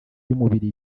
y’umubiri